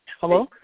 Hello